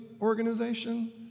organization